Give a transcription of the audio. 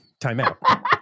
timeout